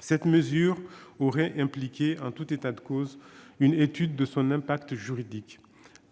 Cette mesure aurait dû impliquer, en tout état de cause, une étude de son impact juridique.